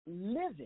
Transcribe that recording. living